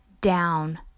down